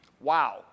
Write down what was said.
Wow